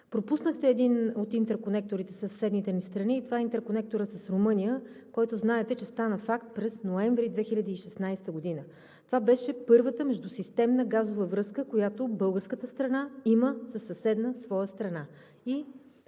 Пропуснахте един от интерконекторите със съседните ни страни и това е интерконекторът с Румъния, който знаете, че стана факт през месец ноември 2016 г. Това беше първата междусистемна газова връзка, която българската страна има със съседна своя страна